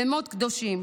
במות קדושים,